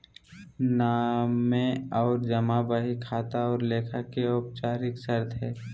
नामे और जमा बही खाता और लेखा के औपचारिक शर्त हइ